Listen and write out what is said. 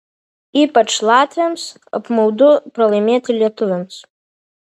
ypač latviams apmaudu pralaimėti lietuviams